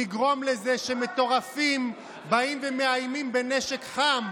לגרום לזה שמטורפים באים ומאיימים בנשק חם